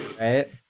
Right